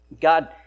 God